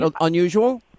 unusual